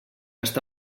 està